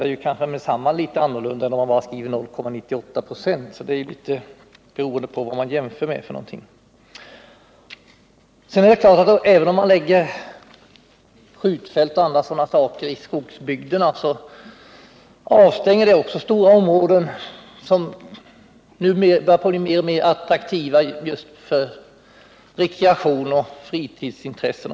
Det verkar med detsamma litet annorlunda än när man skriver 0,98 96 — det är alltså beroende på vad man jämför med. Det är klart att om man anlägger skjutfält o. d. i skogsbygderna så avstängs stora områden som börjar bli mer och mer attraktiva för rekreation och fritidsintressen.